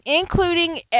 including